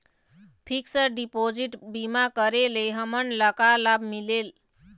Fix deposit बीमा करे ले हमनला का लाभ मिलेल?